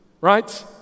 right